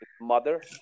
Mother